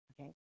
okay